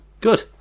Good